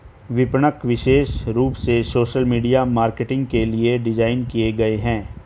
विपणक विशेष रूप से सोशल मीडिया मार्केटिंग के लिए डिज़ाइन किए गए है